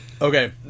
Okay